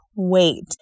wait